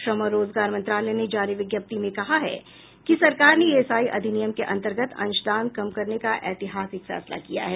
श्रम और रोजगार मंत्रालय ने जारी विज्ञप्ति में कहा है कि सरकार ने ईएसआई अधिनियम के अंतर्गत अंशदान कम करने का ऐतिहासिक फैसला किया है